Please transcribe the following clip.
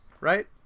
right